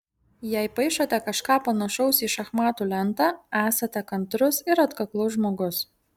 jei paišote kažką panašaus į šachmatų lentą esate kantrus ir atkaklus žmogus